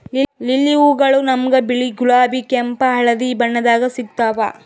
lily ಹೂವಗೊಳ್ ನಮ್ಗ್ ಬಿಳಿ, ಗುಲಾಬಿ, ಕೆಂಪ್, ಹಳದಿ ಬಣ್ಣದಾಗ್ ಸಿಗ್ತಾವ್